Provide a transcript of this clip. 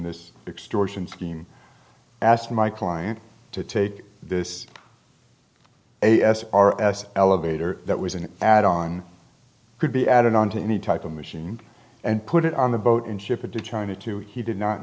this extortion scheme asked my client to take this a s r s elevator that was an add on could be added on to any type of machine and put it on the boat and ship it to china too he did not